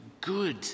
good